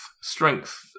Strength